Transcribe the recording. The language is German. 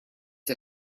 der